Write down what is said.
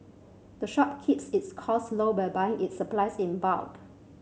the shop keeps its costs low by buying its supplies in bulk